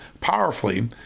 powerfully